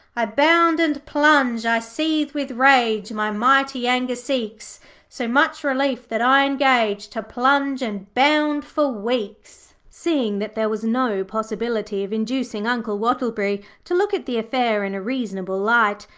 i bound and plunge, i seethe with rage, my mighty anger seeks so much relief that i engage to plunge and bound for weeks seeing that there was no possibility of inducing uncle wattleberry to look at the affair in a reasonable light,